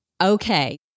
Okay